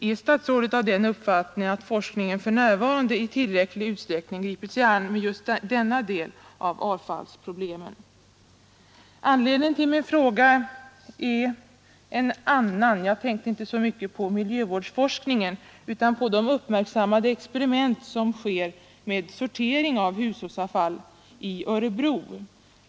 Är statsrådet av den uppfattningen att forskningen för närvarande i tillräcklig utsträckning gripit sig an just denna del av avfallsproblemen? Den omedelbara anledningen till min fråga är det uppmärksammade experiment som pågår med sortering av hushållsavfall i Örebro.